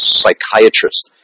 psychiatrist